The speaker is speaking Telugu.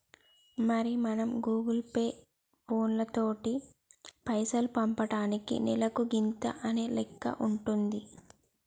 మరి మనం గూగుల్ పే ఫోన్ పేలతోటి పైసలు పంపటానికి నెలకు గింత అనే లెక్క ఉంటుంది